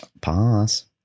Pause